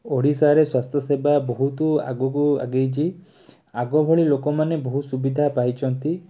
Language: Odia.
ଓଡ଼ିଶାରେ ସ୍ୱାସ୍ଥ୍ୟସେବା ବହୁତ ଆଗକୁ ଆଗେଇଛି ଆଗଭଳି ଲୋକମାନେ ବହୁତ ସୁବିଧା ପାଇଛନ୍ତି